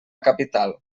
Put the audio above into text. capital